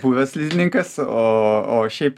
buvęs slidininkas o o šiaip